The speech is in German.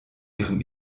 ihrem